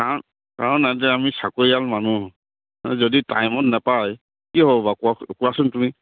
কাৰণ কাৰণ আ যে আমি চাকৰিয়াল মানুহ যদি টাইমত নাপায় কি হ'ব বাৰু কোৱা কোৱাচোন তুমি